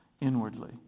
inwardly